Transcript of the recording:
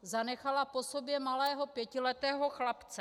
Zanechala po sobě malého pětiletého chlapce.